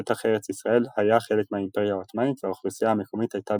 שטח ארץ ישראל היה חלק מהאימפריה העות'מאנית והאוכלוסייה המקומית הייתה